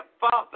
Father